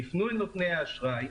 יפנו אל נותני האשראי,